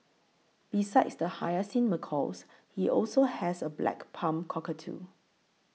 besides the hyacinth macaws he also has a black palm cockatoo